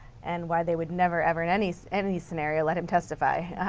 and why they would never ever in any so any scenario, let him testify.